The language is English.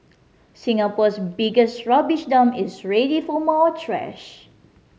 Singapore's biggest rubbish dump is ready for more trash